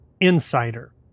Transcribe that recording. insider